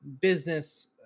business